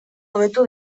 hobetu